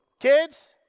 Kids